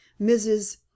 mrs